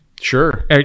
Sure